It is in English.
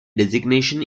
designation